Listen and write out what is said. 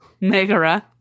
Megara